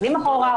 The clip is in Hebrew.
מסתכלים אחורה,